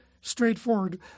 straightforward